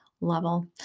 level